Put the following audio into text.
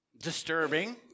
Disturbing